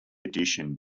addition